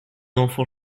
enfant